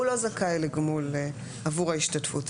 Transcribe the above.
הוא לא זכאי לגמול עבור ההשתתפות,